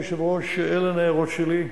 אדוני היושב-ראש, אלה ההערות שלי.